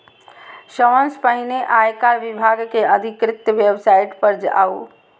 सबसं पहिने आयकर विभाग के अधिकृत वेबसाइट पर जाउ